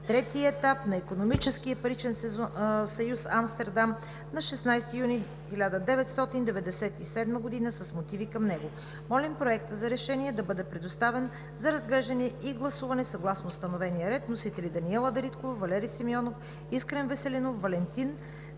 третия етап на Икономическия и паричен съюз Амстердам, 16 юни 1997 г., с мотиви към него. Молим Проектът за решение да бъде предоставен за разглеждане и гласуване съгласно установения ред. Вносители: Даниела Дариткова, Валери Симеонов, Искрен Веселинов, Валентин